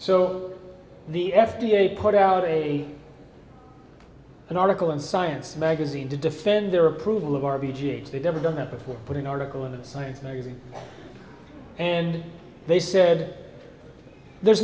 so the f d a put out a an article in science magazine to defend their approval of our b g they've never done that before putting article in a science magazine and they said there's